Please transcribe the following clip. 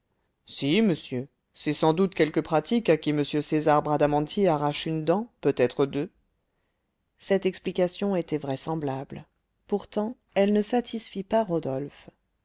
si monsieur c'est sans doute quelque pratique à qui m césar bradamanti arrache une dent peut-être deux cette explication était vraisemblable pourtant elle ne satisfit pas rodolphe